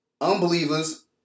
unbelievers